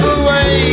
away